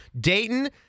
Dayton